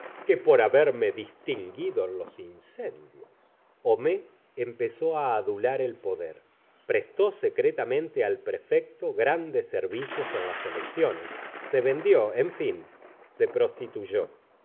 que por haberme distinguido en los incendios homais empezó á adular el poder prestó secretamente al prefecto grandes servicios en las elecciones se vendió en fin se prostituyó